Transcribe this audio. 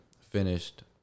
finished